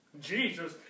Jesus